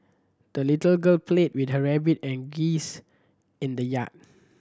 the little girl played with her rabbit and geese in the yard